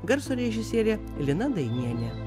garso režisierė lina dainienė